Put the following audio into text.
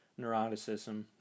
neuroticism